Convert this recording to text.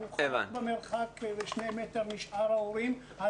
במרחק 2 מטרים משאר ההורים,